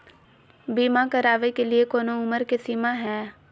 बीमा करावे के लिए कोनो उमर के सीमा है?